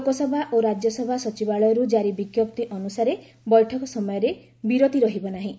ଲୋକସଭା ଓ ରାଜ୍ୟସଭା ସଚିବାଳୟରୁ ଜାରି ବିଜ୍ଞପ୍ତି ଅନୁସାରେ ବୈଠକ ସମୟରେ ବିରତି ରହିବ ନାହିଁ